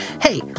Hey